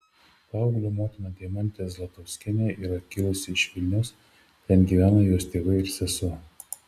paauglio motina deimantė zlatkauskienė yra kilusi iš vilniaus ten gyvena jos tėvai ir sesuo